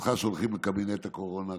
אותך שולחים לקבינט הקורונה.